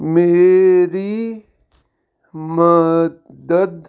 ਮੇਰੀ ਮਦਦ